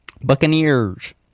Buccaneers